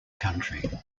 county